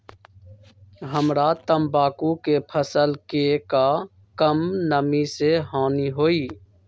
हमरा तंबाकू के फसल के का कम नमी से हानि होई?